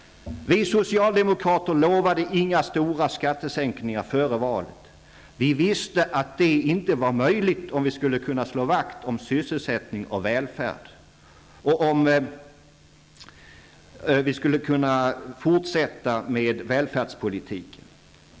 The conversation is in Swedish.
Vi socialdemokrater lovade inga stora skattesänkningar före valet. Vi visste att detta inte var möjligt, om vi skulle kunna slå vakt om sysselsättning och välfärd, om vi skulle kunna fortsätta med välfärdspolitiken.